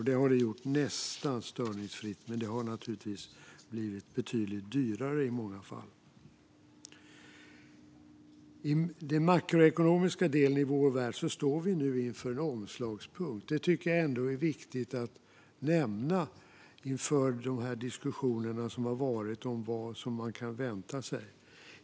Det har det gjort nästan störningsfritt, men det har naturligtvis blivit betydligt dyrare i många fall. När det gäller den makroekonomiska delen i vår värld står vi inför en omslagspunkt. Det tycker jag är viktigt att nämna inför diskussionerna om vad man kan vänta sig.